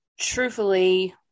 Truthfully